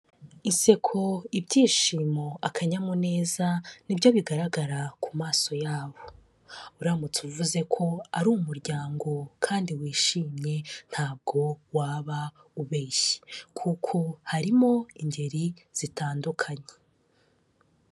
Inseko ibyishimo akanyamuneza ni byo bigaragara ku maso yabo, uramutse uvuze ko ari umuryango kandi wishimye ntabwo waba ubeshye, kuko harimo ingeri zitandukanye.